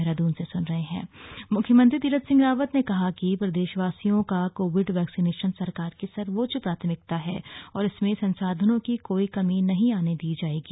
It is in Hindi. मुख्यमंत्री कोविड समीक्षा मुख्यमंत्री तीरथ सिंह रावत ने कहा है कि प्रदेशवासियों का कोविड वैक्सीनेशन सरकार की सर्वोच्च प्राथमिकता है और इसमें संसाधनों की कोई कमी नहीं आने दी जाएगी